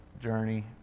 journey